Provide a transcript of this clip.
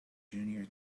junior